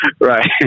Right